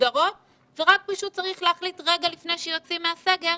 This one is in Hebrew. מסודרות ורק מישהו צריך להחליט רגע לפני שיוצאים מהסגר,